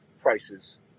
prices